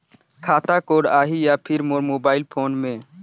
खाता कोड आही या फिर मोर मोबाइल फोन मे?